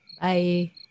Bye